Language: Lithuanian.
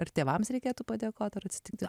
ar tėvams reikėtų padėkot ar atsitikti